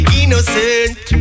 innocent